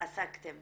עסקתם